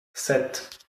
sept